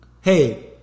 hey